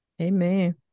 amen